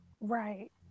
Right